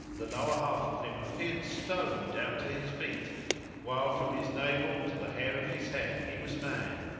the lower half of him appeared stone down to his feet while from his navel to the hair of his head he was man.